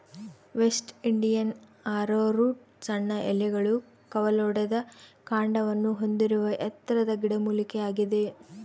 West Indian arrowroot ಸಣ್ಣ ಎಲೆಗಳು ಕವಲೊಡೆದ ಕಾಂಡವನ್ನು ಹೊಂದಿರುವ ಎತ್ತರದ ಗಿಡಮೂಲಿಕೆಯಾಗಿದೆ